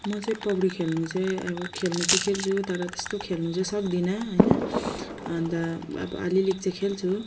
म चाहिँ पौडी खेल्नु चाहिँ अब खेल्नु चाहिँ खेल्छु तर त्यस्तो खेल्नु चाहिँ सक्दिनँ होइन अन्त अब अलिअलि चाहिँ खेल्छु